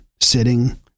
sitting